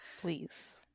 please